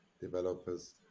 developers